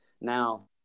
Now